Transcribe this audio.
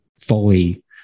fully